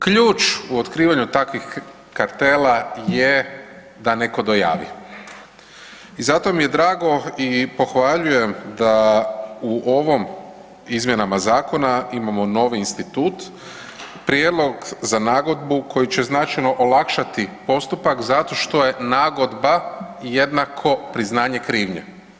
Ključ u otkrivanju takvih kartela je da netko dojavi i zato mi je drago i pohvaljujem da u ovim izmjenama Zakona imamo novi institut prijedlog za nagodbu koji će značajno olakšati postupak zato što je nagodba jednako priznanje krivnje.